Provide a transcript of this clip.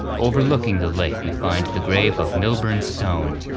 overlooking the lake we find the grave of milburn stone.